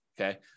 okay